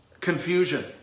confusion